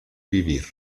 vivir